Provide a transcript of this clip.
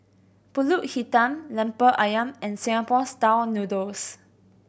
Pulut Hitam Lemper Ayam and Singapore Style Noodles